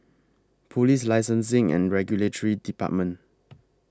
Police Licensing and Regulatory department